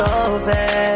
over